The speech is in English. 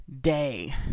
day